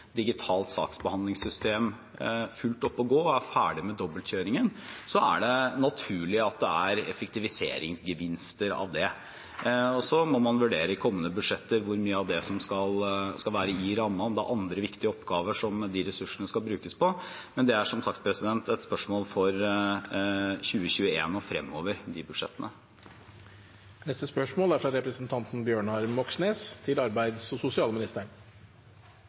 digitalt saksbehandlingssystem fullt oppe og går, og er ferdig med dobbeltkjøringen, er det naturlig at det er effektiviseringsgevinster av det. Så må man vurdere i kommende budsjetter hvor mye av det som skal være i rammen – om det er andre viktige oppgaver de ressursene skal brukes på. Men det er som sagt et spørsmål for budsjettene i 2021 og fremover. Vi går da til spørsmål